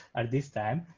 at this time.